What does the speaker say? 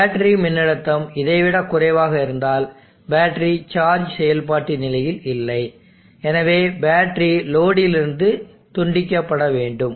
battery மின்னழுத்தம் இதை விடக் குறைவாக இருந்தால் பேட்டரி சார்ஜ் செயல்பாட்டு நிலையில் இல்லை எனவே பேட்டரி லோடிலிருந்து துண்டிக்கப்பட வேண்டும்